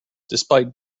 despite